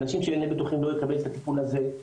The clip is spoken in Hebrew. אנשים לא מקבלים את הטיפול הזה,